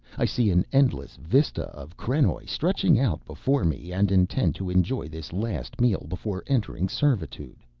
i see an endless vista of krenoj stretching out before me and intend to enjoy this last meal before entering servitude.